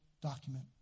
document